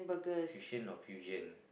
fusion or fusion